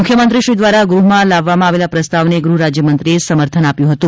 મુખ્યમંત્રી શ્રી દ્વારા ગૃહમાં લાવવામાં આવેલા પ્રસ્તાવને ગૃહરાજ્યમંત્રીએ સમર્થન આપ્યું હતું